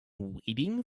waiting